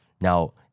Now